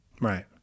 Right